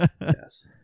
Yes